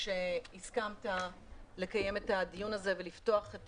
שהסכמת לקיים את הדיון הזה ולפתוח את